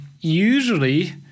usually